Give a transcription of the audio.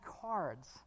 cards